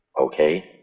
Okay